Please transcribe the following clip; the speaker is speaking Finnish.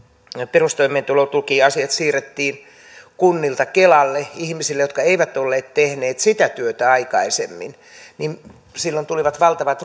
perustoimeentulotukiasiat siirrettiin kunnilta kelalle ihmisille jotka eivät olleet tehneet sitä työtä aikaisemmin silloin tulivat valtavat